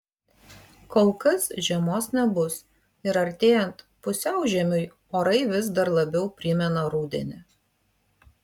kol kas žiemos nebus ir artėjant pusiaužiemiui orai vis dar labiau primena rudenį